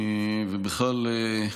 ובכלל,